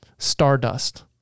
stardust